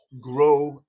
grow